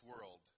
world